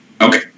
Okay